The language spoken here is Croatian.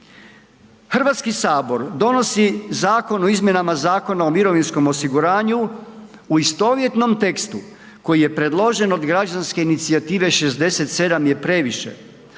pročitati. HS donosi Zakon o izmjenama Zakona o mirovinskom osiguranju, u istovjetnom tekstu koji je predložen od građanske inicijative 67 je previše,